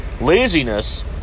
laziness